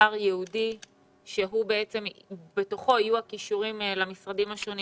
אתר ייעודי שבתוכו יהיו הקישורים למשרדים השונים